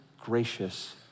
gracious